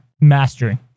mastering